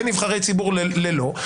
בין נבחרי ציבור ללא נבחרי ציבור.